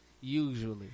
usually